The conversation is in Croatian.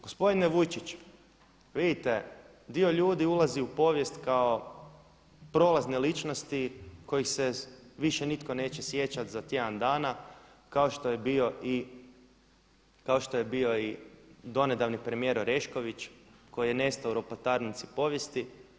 Gospodine Vujčić, vidite, dio ljudi ulazi u povijest kao prolazne ličnosti kojih se više nitko neće sjećati za tjedan dana kao što je bio i donedavni premijer Orešković koji je nestao u ropotarnici povijesti.